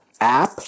app